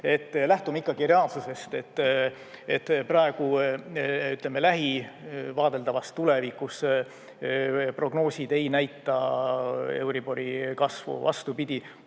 lähtume ikkagi reaalsusest, praegu lähivaadeldavas tulevikus prognoosid ei näita euribori kasvu. Vastupidi,